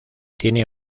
tiene